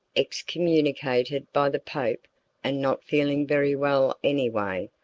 excommunicated by the pope and not feeling very well anyway,